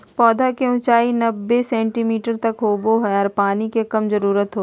पौधा के ऊंचाई नब्बे सेंटीमीटर तक होबो हइ आर पानी के कम जरूरत होबो हइ